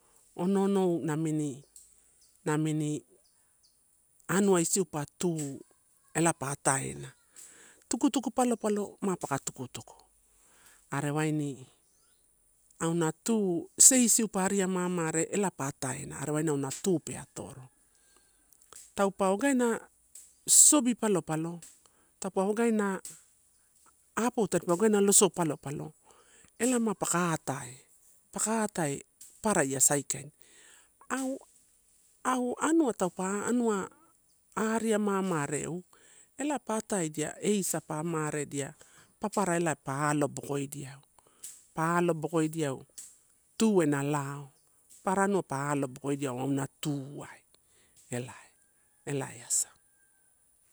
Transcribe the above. Ono onu namini, namini anua isiu pa tu, ela pa ataena tukutuku palopalo ma paka tukutuku. Are waini auna tu seisiu pa ari amamre ela pa ataena are waini auna tupeatoro. Taupa wagana sosobi palopalo, tapawana apou tadipa wana losola palopalo ela ma paka atae, paka atae papara ia saikaini. Au, au anua taupe anua ariamamareu ela pa ata edia eisa pa amaredia papara elae pa alobokodiaeu, pa alobokodiaeu tu enalau papara nu palo bokoidiaiu onatuai elae, elae asa.